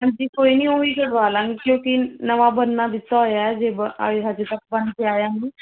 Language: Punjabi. ਹਾਂਜੀ ਕੋਈ ਨਹੀਂ ਉਹ ਵੀ ਕਰਵਾ ਲਾਵਾਂਗੇ ਕਿਉਂਕਿ ਨਵਾਂ ਬਣਨਾ ਦਿੱਤਾ ਹੋਇਆ ਜੇ ਬ ਆ ਹਜੇ ਤੱਕ ਬਣ ਕੇ ਆਇਆ ਨਹੀਂ